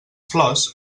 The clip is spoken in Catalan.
flors